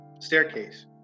staircase